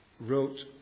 wrote